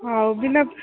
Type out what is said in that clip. ହେଉ ବିନା